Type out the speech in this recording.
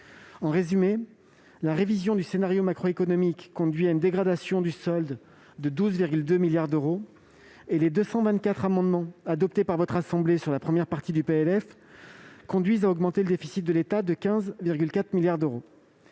En résumé, la révision du scénario macroéconomique conduit à une dégradation du solde de 12,2 milliards d'euros, et les 224 amendements adoptés par votre assemblée sur la première partie du projet de loi de finances conduisent à augmenter le déficit de l'État de 15,4 milliards d'euros.